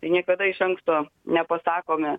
tai niekada iš anksto nepasakome